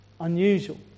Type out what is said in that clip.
unusual